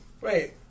Wait